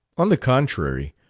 on the contrary.